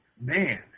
man